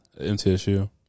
MTSU